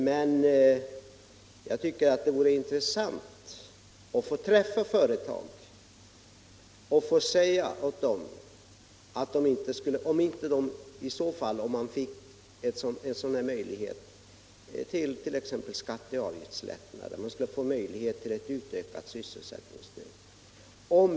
Men jag tycker det vore intressant att få träffa företag och kunna säga åt dem att de t.ex. hade möjlighet till skatteoch avgiftslättnader och ett utökat sysselsättningsstöd.